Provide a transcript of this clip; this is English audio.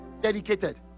dedicated